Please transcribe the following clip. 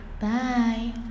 Bye